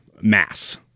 mass